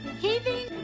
heaving